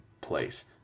place